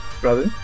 Brother